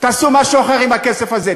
תעשו משהו אחר עם הכסף הזה,